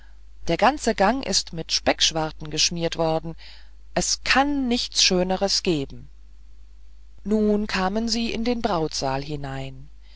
der ganze gang ist mit speckschwarten geschmiert worden es kann nichts schöneres geben nun kamen sie in den brautsaal hinein